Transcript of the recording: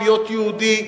להיות יהודי,